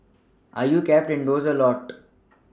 are you kept indoors a lot